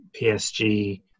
PSG